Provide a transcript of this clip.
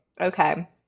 Okay